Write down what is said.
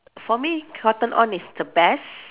for me cotton on is the best